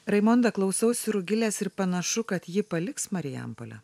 raimonda klausausi rugilės ir panašu kad ji paliks marijampolę